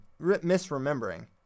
misremembering